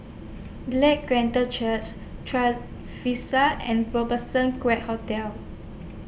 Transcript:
Glad Church Trevista and Robertson Quay Hotel